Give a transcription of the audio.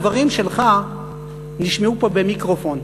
הדברים שלך נשמעו פה במיקרופון,